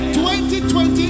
2020